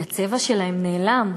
כי הצבע שלהם נעלם.